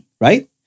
right